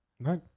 Right